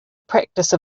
practice